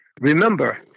Remember